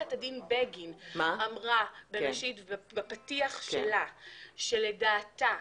עורכת הדין בגין אמרה בפתיח שלה, שהיא